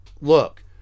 look